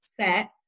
set